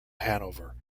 hanover